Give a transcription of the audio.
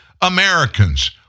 Americans